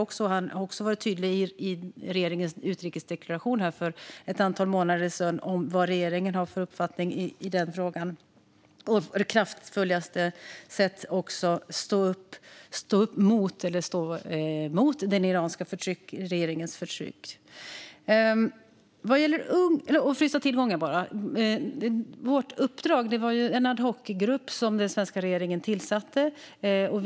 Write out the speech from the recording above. Han var också tydlig i regeringens utrikesdeklaration för ett antal månader sedan om vad regeringen har för uppfattning i frågan. Vi står å det kraftfullaste upp mot den iranska regeringens förtryck. Låt mig bara nämna något om detta med frysta tillgångar. Den svenska regeringen tillsatte en ad hoc-grupp.